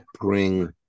bring